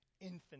infinite